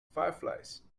fireflies